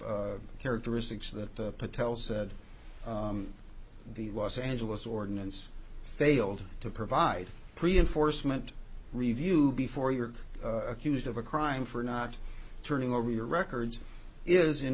characteristics that patel said the los angeles ordinance failed to provide pre enforcement review before you're accused of a crime for not turning over your records is in